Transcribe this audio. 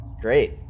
Great